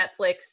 Netflix